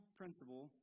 principle